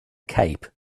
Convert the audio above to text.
cape